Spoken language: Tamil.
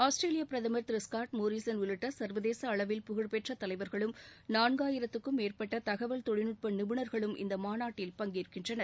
ஆஸ்திரேலிய பிரதமர் திரு ஸ்காட் மோரிஸன் உள்ளிட்ட சர்வதேச அளவில் புகழ்ப் பெற்ற தலைவர்களும் நான்காயிரத்திற்கும் மேற்பட்ட தகவல் தொழில்நுட்ப நிபுணர்களும் இந்த மாநாட்டில் பங்கேற்கின்றனர்